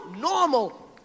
normal